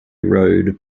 road